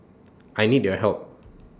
I need your help